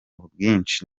bwinshi